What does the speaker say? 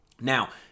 Now